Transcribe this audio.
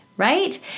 right